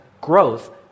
growth